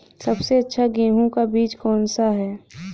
सबसे अच्छा गेहूँ का बीज कौन सा है?